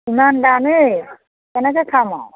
ইমান দানেই কেনেকৈ খাম আৰু